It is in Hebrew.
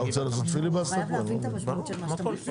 את הקשיים